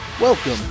Welcome